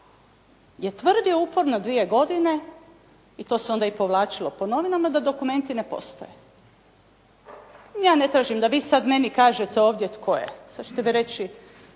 je tvrdio uporno dvije godine i to se onda i povlačilo po novinama da dokumenti ne postoje. Ja ne tražim da vi sad meni kažete ovdje tko je. Sad ćete vi reći,